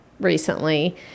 recently